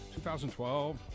2012